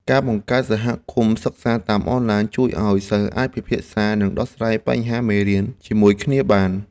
ការបង្កើតសហគមន៍សិក្សាតាមអនឡាញ ជួយឱ្យសិស្សអាចពិភាក្សានិងដោះស្រាយបញ្ហាមេរៀនជាមួយគ្នាបាន។